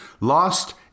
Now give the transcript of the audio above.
Lost